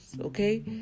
Okay